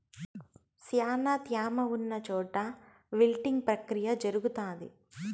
శ్యానా త్యామ ఉన్న చోట విల్టింగ్ ప్రక్రియ జరుగుతాది